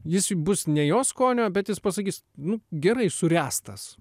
jis bus ne jo skonio bet jis pasakys nu gerai suręstas